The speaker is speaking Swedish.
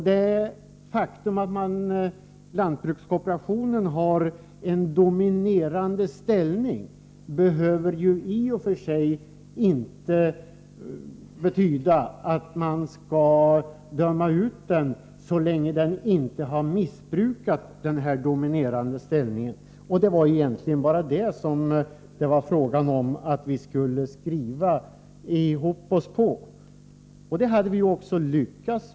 Det faktum att lantbrukskooperationen har en dominerande ställning behöver i och för sig inte betyda att man skall döma ut den, så länge den inte har missbrukat sin dominerande ställning. Det var egentligen bara i fråga om detta som vi skulle nå enighet.